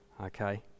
okay